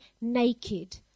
naked